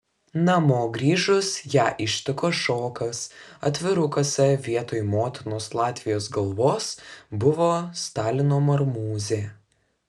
namo grįžus ją ištiko šokas atvirukuose vietoj motinos latvijos galvos buvo stalino marmūzė